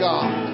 God